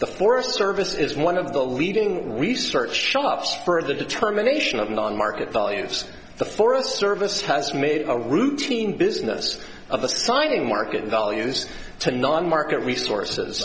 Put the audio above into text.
the forest service is one of the leading research shops for the determination of non market value of the forest service has made a routine business of assigning market values to non market resources